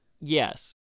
Yes